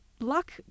luck